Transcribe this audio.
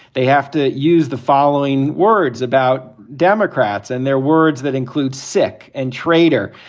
they have to use the following words about democrats and their words. that includes sick and traitor,